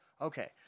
Okay